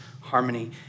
harmony